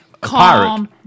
Calm